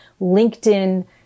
LinkedIn